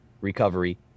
Recovery